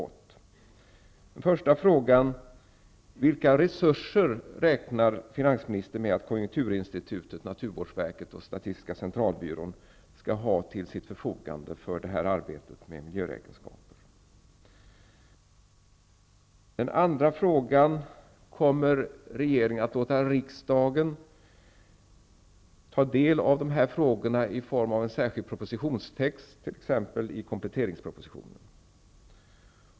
Den första frågan är: Vilka resurser räknar finansministern med att konjunkturinstitutet, naturvårdsverket och statistiska centralbyrån skall ha till sitt förfogande för arbetet med miljöräkenskaperna? Den andra frågan är: Kommer regeringen att låta riksdagen ta del av de här frågorna i form av en särskild propositionstext t.ex. i kompletteringspropositionen?